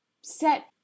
set